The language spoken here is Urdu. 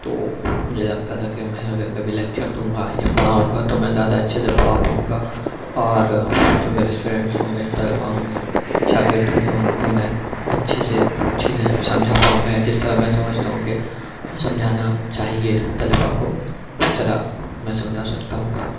تو مجھے لگتا تھا کہ میں اگر کبھی لیکچر دوں گا یا پڑھاؤں گا تو میں زیادہ اچھے سے پڑھا پاؤں گا اور جو میرے اسٹوڈینٹس ہوں گے طلبا ہوں گے شاگرد ہوں گے ان کو میں اچھے سے چیزیں سمجھا پاؤں گا یا جس طرح میں سمجھتا ہوں کہ سمجھانا چاہیے طلبا کو اس طرح میں سمجھا سکتا ہوں